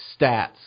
stats